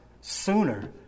sooner